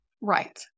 Right